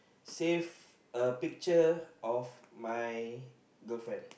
save the picture of my girlfriend